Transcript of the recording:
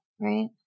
right